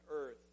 earth